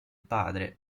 padre